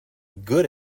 good